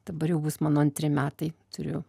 dabar jau bus mano antri metai turiu